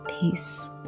Peace